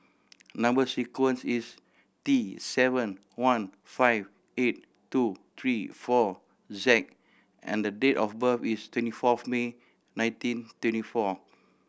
number sequence is T seven one five eight two three four Z and date of birth is twenty fourth May nineteen twenty four